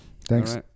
Thanks